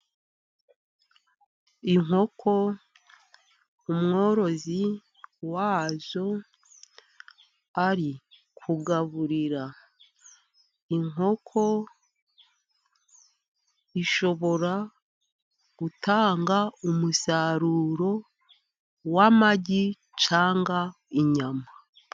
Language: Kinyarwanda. Inkoko umworozi wazo ari kugaburira. Inkoko ishobora gutanga umusaruro w'amagi cyangwa inyama.